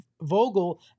Vogel